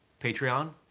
Patreon